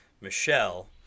michelle